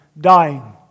dying